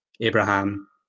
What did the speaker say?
Abraham